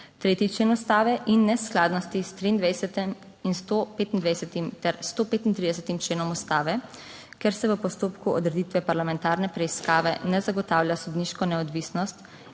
3. člen Ustave, in neskladnosti s 23. in 125. ter 135. členom Ustave, ker se v postopku odreditve parlamentarne preiskave ne zagotavlja sodniške neodvisnosti